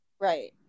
right